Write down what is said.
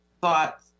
thoughts